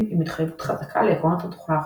עם התחייבות חזקה לעקרונות התוכנה החופשית.